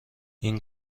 این